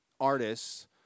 artists